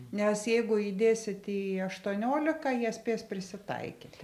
nes jeigu įdėsit į aštuoniolika jie spės prisitaikyti